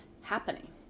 happening